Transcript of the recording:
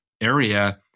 area